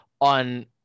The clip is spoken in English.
on